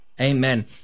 Amen